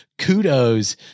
Kudos